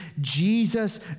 Jesus